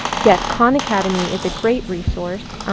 yes, khan academy is a great resource.